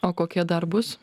o kokie dar bus